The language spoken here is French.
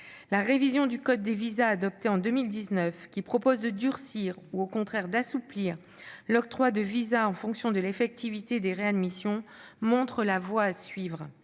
La révision du code des visas, adoptée en 2019, qui propose de durcir ou, au contraire, d'assouplir l'octroi de visas en fonction de l'effectivité des réadmissions, montre la voie à suivre.